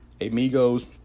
Amigos